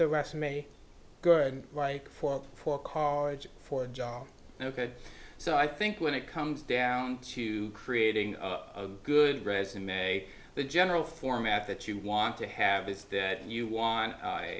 the resume good like for for college for a job ok so i think when it comes down to creating a good resume the general format that you want to have is that you w